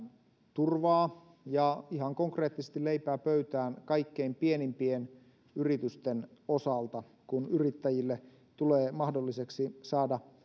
turvaa ja ihan konkreettisesti leipää pöytään kaikkein pienimpien yritysten osalta kun yrittäjille tulee mahdolliseksi saada